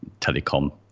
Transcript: telecom